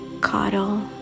cuddle